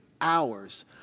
hours